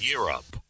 Europe